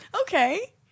Okay